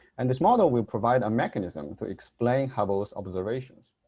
and this model will provide a mechanism to explain hubble's observations.